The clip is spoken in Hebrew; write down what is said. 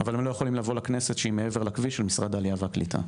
אבל הם לא יכולים לבוא לכנסת שהיא מעבר לכביש של משרד העלייה והקליטה.